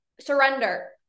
surrender